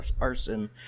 arson